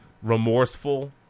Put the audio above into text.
remorseful